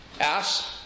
ask